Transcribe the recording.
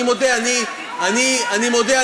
אני מודה,